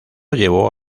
llevó